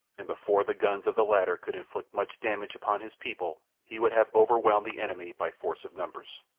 and before the guns of the latter could inflict much damage upon his people he would have overwhelmed the enemy by force of numbers.